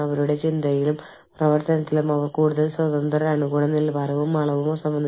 അവർ തങ്ങളുടെ ജോലികളിൽ കൂടുതൽ ഇടപെടുകയും വ്യാപൃതരാവുകയും ചെയ്യുന്നു